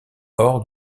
hors